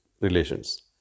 relations